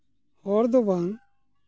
ᱦᱚᱲ ᱫᱚ ᱵᱟᱝ